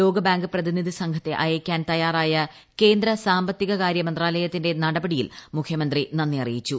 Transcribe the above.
ലോകബാങ്ക് പ്രതിനിധി സംഘത്തെ അയയ്ക്കാൻ തയ്യാറായ കേന്ദ്ര സ്ടാമ്പത്തിക കാര്യ മന്ത്രാലയത്തിന്റെ നടപടിയിൽ മുഖ്യമന്ത്രി നന്ദി അറിയിച്ചു